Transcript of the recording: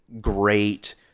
great